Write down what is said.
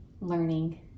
learning